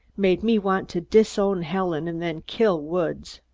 made me want to disown helen and then kill woods.